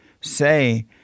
say